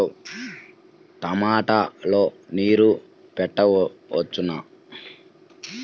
టమాట లో నీరు పెట్టవచ్చునా?